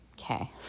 Okay